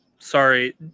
Sorry